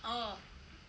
oh